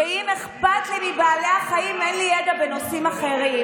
שאם אכפת לי מבעלי החיים אין לי ידע בנושאים אחרים,